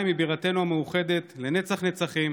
ירושלים היא בירתנו המאוחדת לנצח-נצחים,